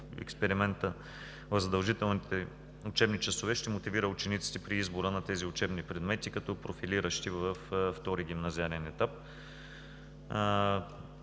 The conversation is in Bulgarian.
експеримента в задължителните учебни часове ще мотивира учениците при избора на тези учебни предмети като профилиращи във втори гимназиален етап.